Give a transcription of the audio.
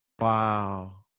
Wow